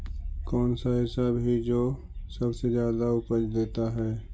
कौन सा ऐसा भी जो सबसे ज्यादा उपज देता है?